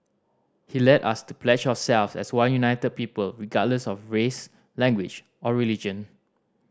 he led us to pledge ourselves as one united people regardless of race language or religion